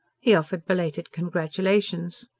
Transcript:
he offered belated congratulations.